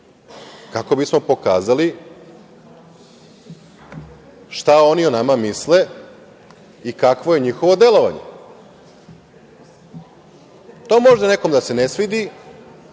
kako bismo pokazali šta oni o nama misle i kakvo je njihovo delovanje? To može nekome da se ne svidi,